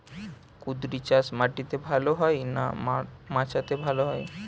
কুঁদরি চাষ মাটিতে ভালো হয় না মাচাতে ভালো হয়?